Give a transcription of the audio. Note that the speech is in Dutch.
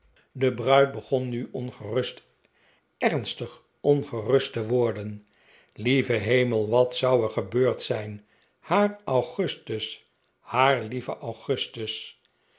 de bruid begon nu ongerust ernstig ongerust te worden lieve hemel wat zou er gebeurd zijn haar augustus haar lieve augustus